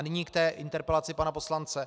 Nyní k té interpelaci pana poslance.